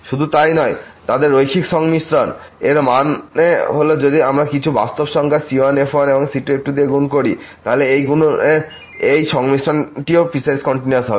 শুধু গুণ নয় তাদের রৈখিক সংমিশ্রণ এর মানে হল যদি আমরা কিছু বাস্তব সংখ্যা c1f1c2f2 দিয়ে গুণ করি তাহলে এই গুণ এই সংমিশ্রণটিও পিসওয়াইস কন্টিনিউয়াস হবে